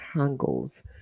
angles